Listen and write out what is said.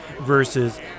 versus